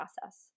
process